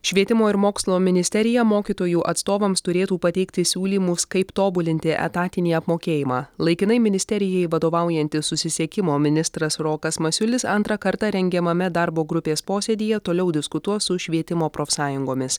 švietimo ir mokslo ministerija mokytojų atstovams turėtų pateikti siūlymus kaip tobulinti etatinį apmokėjimą laikinai ministerijai vadovaujantis susisiekimo ministras rokas masiulis antrą kartą rengiamame darbo grupės posėdyje toliau diskutuos su švietimo profsąjungomis